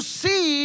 see